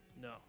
No